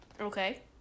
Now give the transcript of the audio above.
Okay